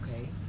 okay